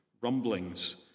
Rumblings